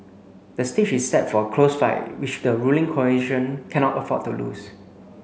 the stage is set for a close fight which the ruling coalition cannot afford to lose